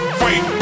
fight